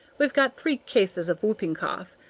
we've got three cases of whooping cough,